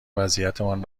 وضعیتمان